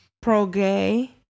pro-gay